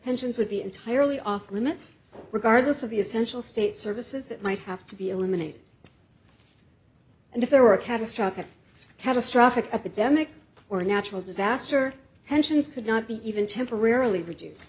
pensions would be entirely off limits regardless of the essential state services that might have to be eliminated and if there were a catastrophic catastrophic epidemic or natural disaster pensions could not be even temporarily reduce